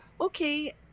okay